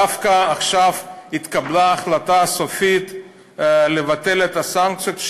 דווקא עכשיו התקבלה החלטה סופית לבטל את הסנקציות,